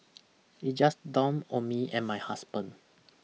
it just dawned on me and my husband